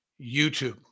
YouTube